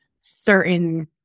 certain